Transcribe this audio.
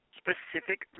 specific